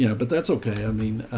yeah but that's okay. i mean, ah,